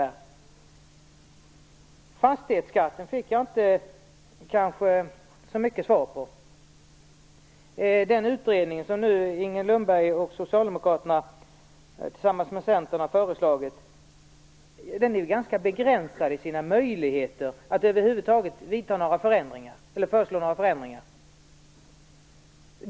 Jag fick inte något riktigt svar på min fråga om fastighetsskatten. Den utredning som Inger Lundberg och socialdemokraterna tillsammans med Centern har föreslagit är ju ganska begränsad i sina möjligheter att över huvud taget föreslå några förändringar.